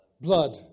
blood